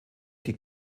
die